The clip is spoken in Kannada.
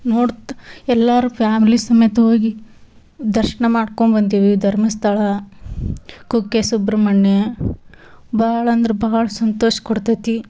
ನೋಡ್ತ ಎಲ್ಲರೂ ಫ್ಯಾಮ್ಲಿ ಸಮೇತ ಹೋಗಿ ದರ್ಶನ ಮಾಡ್ಕೊಂಡ್ಬಂದೀವಿ ಧರ್ಮಸ್ಥಳ ಕುಕ್ಕೆ ಸುಬ್ರಹ್ಮಣ್ಯ ಭಾಳಂದ್ರೆ ಬಹಳ ಸಂತೋಷ ಕೊಡ್ತತಿ